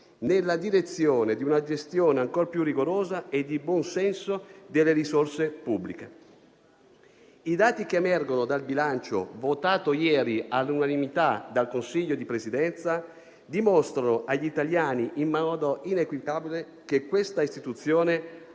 nella direzione di una gestione ancor più rigorosa e di buon senso delle risorse pubbliche. I dati che emergono dal bilancio, votato ieri all'unanimità dal Consiglio di Presidenza, dimostrano agli italiani in modo inequivocabile che questa istituzione